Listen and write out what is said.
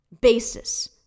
Basis